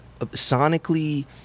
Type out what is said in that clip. sonically